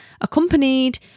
accompanied